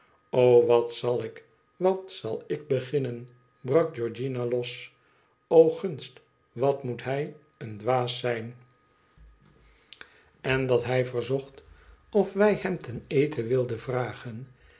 o wat zal ik wat zal ik beginnen brak georgiana los gunst wat moet hij een dwaas zijn i n dat hij verzocht of wij hem ten eten wilden vragen